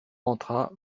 entra